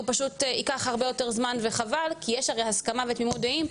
שהוא פשוט ייקח הרבה יותר זמן וחבל כי יש הרי הסכמה ותמימות דעים.